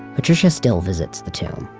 patricia still visits the tomb.